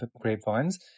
grapevines